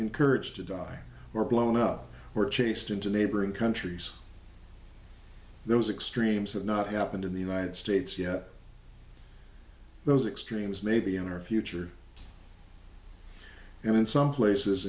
encouraged to die or blown up or chased into neighboring countries those extremes that not happened in the united states yet those extremes may be in our future and in some places